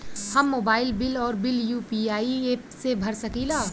हम mobile bill और bill UPI app से भर सकिला